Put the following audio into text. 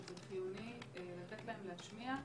שזה חיוני לתת להם להשמיע,